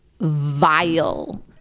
vile